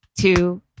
two